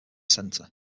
centre